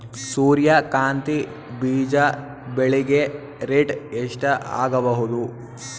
ಸೂರ್ಯ ಕಾಂತಿ ಬೀಜ ಬೆಳಿಗೆ ರೇಟ್ ಎಷ್ಟ ಆಗಬಹುದು?